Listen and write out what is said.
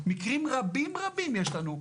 מקרים רבים אם יש לנו של,